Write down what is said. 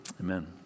Amen